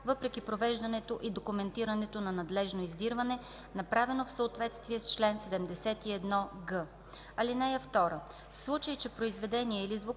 въпреки провеждането и документирането на надлежно издирване, направено в съответствие с чл. 71г. (2)